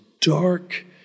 dark